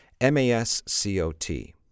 M-A-S-C-O-T